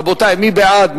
רבותי, מי בעד?